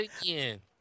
again